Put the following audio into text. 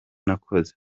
nakoze